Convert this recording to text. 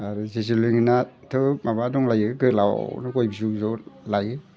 आरो जे जुलुंगिनाथ' माबा दंलायो गय बिगुर लायो